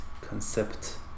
concept